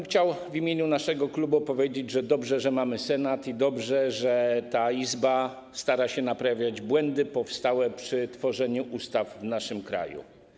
Chciałbym w imieniu naszego klubu powiedzieć, że dobrze, że mamy Senat i dobrze, że ta Izba stara się naprawiać błędy powstałe podczas tworzenia ustaw w naszym kraju.